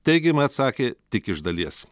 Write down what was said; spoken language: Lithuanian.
teigiamai atsakė tik iš dalies